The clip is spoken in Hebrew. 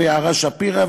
ויערה שפירא,